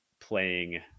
playing